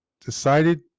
decided